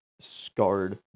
scarred